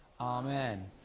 Amen